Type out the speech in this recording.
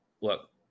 look